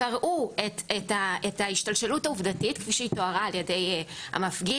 קראו את ההשתלשלות העובדתית כפי שהיא תוארה על ידי המפגין,